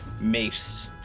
mace